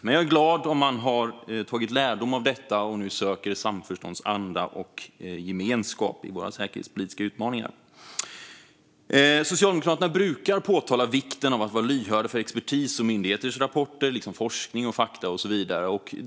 Jag är dock glad om man har tagit lärdom av detta och nu söker samförståndsanda och gemenskap i Sveriges säkerhetspolitiska utmaningar. Socialdemokraterna brukar påpeka vikten av att vara lyhörd för expertis och för myndigheters rapporter liksom för forskning och fakta.